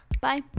Bye